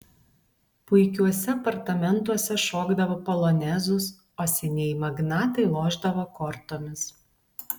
puikiuose apartamentuose šokdavo polonezus o senieji magnatai lošdavo kortomis